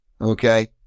okay